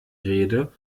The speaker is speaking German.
rede